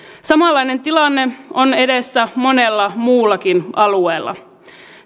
samanlainen tilanne on edessä monella muullakin alueella